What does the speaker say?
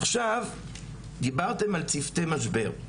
עכשיו, דיברתם על צוותי משבר.